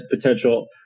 potential